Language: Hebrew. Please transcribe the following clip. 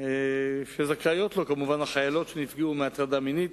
טיפול שזכאיות לו כמובן החיילות שנפגעו מהטרדה מינית.